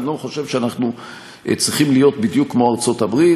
אני לא חושב שאנחנו צריכים להיות בדיוק כמו ארצות-הברית,